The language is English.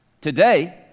Today